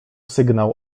sygnał